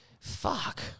Fuck